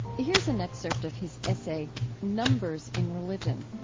here's an excerpt of his essay numbers in religion.